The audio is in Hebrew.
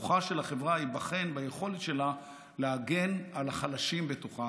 כוחה של החברה ייבחן ביכולת שלה להגן על החלשים בתוכה,